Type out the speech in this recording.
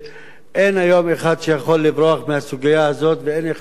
אין היום אחד שיכול לברוח מהסוגיה הזאת ואין אחד שלא יכול